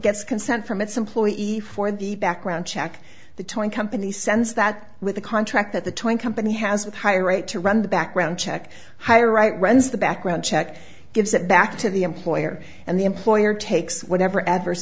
gets consent from its employee efore the background check the towing company sends that with a contract that the twenty company has a higher rate to run the background check hire right runs the background check gives it back to the employer and the employer takes whatever adverse